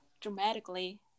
dramatically